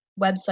website